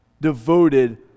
devoted